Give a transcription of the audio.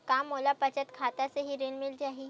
का मोला बचत खाता से ही कृषि ऋण मिल जाहि?